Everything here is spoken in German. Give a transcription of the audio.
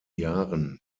jahren